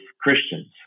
Christians